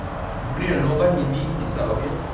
okay put it in low bun maybe it's not obvious